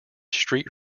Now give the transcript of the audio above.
street